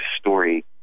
story